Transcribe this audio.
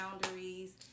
boundaries